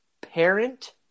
parent